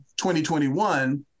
2021